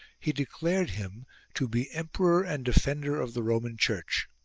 he declared him to be emperor and defender of the roman church.